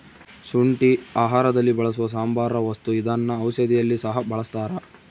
ಶುಂಠಿ ಆಹಾರದಲ್ಲಿ ಬಳಸುವ ಸಾಂಬಾರ ವಸ್ತು ಇದನ್ನ ಔಷಧಿಯಲ್ಲಿ ಸಹ ಬಳಸ್ತಾರ